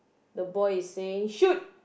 the boy is saying shoot